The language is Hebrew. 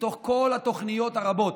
מתוך כל התוכניות הרבות,